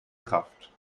kraft